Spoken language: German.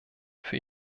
für